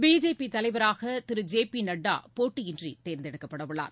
BJP தலைவராக திரு J P Nadda போட்டியின்றி தேர்ந்தெடுக்கப்பட உள்ளார்